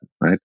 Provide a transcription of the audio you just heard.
right